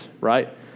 right